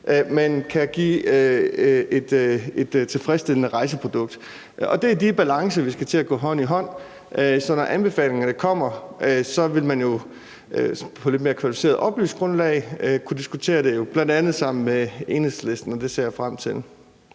som kan give et tilfredsstillende rejseprodukt, og det er de balancer, vi skal have til at gå hånd i hånd. Så når anbefalingerne kommer, vil man kunne diskutere det på et lidt mere kvalificeret og oplyst grundlag, bl.a. også sammen med Enhedslisten, og det ser jeg frem til.